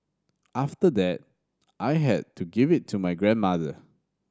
after that I had to give it to my grandmother